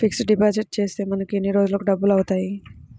Fixed deposit చేస్తే మనకు ఎన్ని రోజులకు డబల్ అవుతాయి?